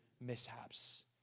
mishaps